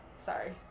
sorry